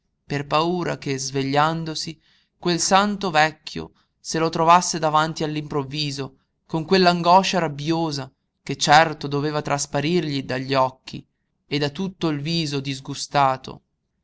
per paura che svegliandosi quel santo vecchio se lo trovasse davanti all'improvviso con quell'angoscia rabbiosa che certo doveva trasparirgli dagli occhi e da tutto il viso disgustato